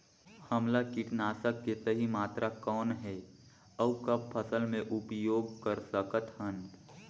हमला कीटनाशक के सही मात्रा कौन हे अउ कब फसल मे उपयोग कर सकत हन?